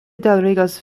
daŭrigos